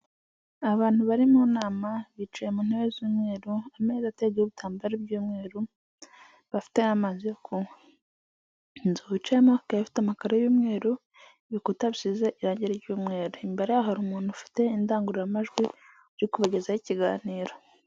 Abantu bari mu nama, bicaye mu ntebe z'umweru, ameza ateguyeho ibitambaro by'umweru, bafite n'amazi yo kunywa. Inzu bicayemo ikaba ifite amakaro y'umweru, ibikuta bisize irangi ry'umweru. Imbere yabo hari umuntu ufite indangururamajwi, uri kubagezaho ikiganiro.